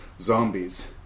Zombies